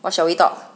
what shall we talk